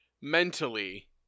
mentally